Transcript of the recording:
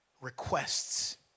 requests